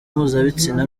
mpuzabitsina